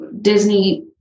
Disney